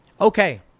Okay